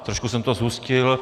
Trošku jsem to zhustil.